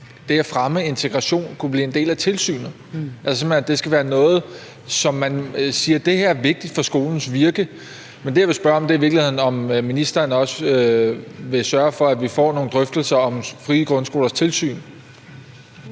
at fremme integration kunne blive en del af tilsynet, altså at det skal være noget, man siger er vigtigt for skolens virke. Men det, jeg i virkeligheden vil spørge om, er, om ministeren også vil sørge for, at vi får nogle drøftelser om tilsynet med frie grundskoler. Kl.